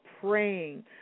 praying